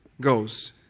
goes